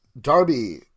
Darby